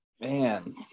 Man